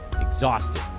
exhausted